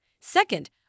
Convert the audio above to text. Second